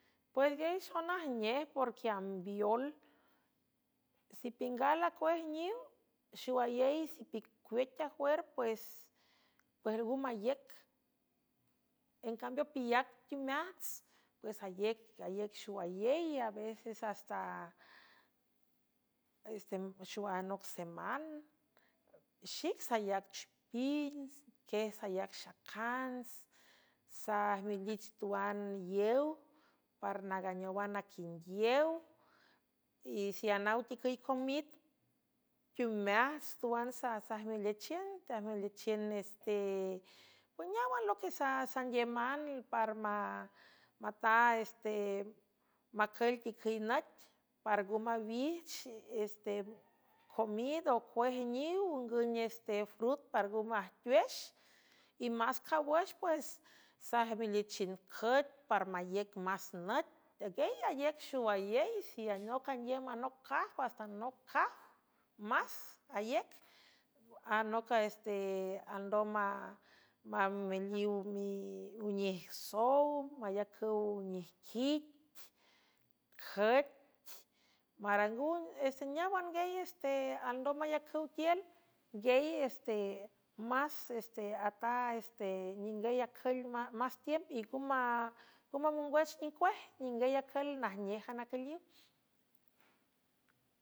Pues gielyxonajnej porquie ambiol sipiüngal acuejniw xuwayey sipicuecajuer pues pues algü maíüc encambeopilac teumeajts pues aaiec xowayey a veces stasexowanoc semán xic sayac chupins quies ayac xacants sajmilich tuan yew par naganeowan aquinguiew y sianaw ticüy comid teumeajts tuan sasajmiliechiün teajmelichiün neste eneáwan loquessanguieman parmata estemacül ticüy nüt par ngü mawijch este comid ocuej niw ingüwnes te frut par ngü majtuex y más cawüx pues sajmilichind cüet par maíéc más nt guiey ayec xowayey sianeoc anguiem anoc caj asta noc j s aiec anoc a este alndom mameliw unij sow mayacüw nejquit cüet marangeste náwan gueysealndom mayacüw tiel nguiey se seata seningüy acül más tiümp y nga mamongwüch nicuej ningüy acül najnéj an acüliw.